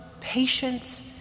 patience